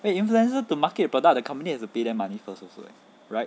wait influencer to market product the company has to pay them money first also eh right